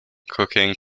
cooking